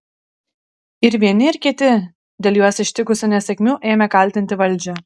ir vieni ir kiti dėl juos ištikusių nesėkmių ėmė kaltinti valdžią